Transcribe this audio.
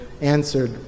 answered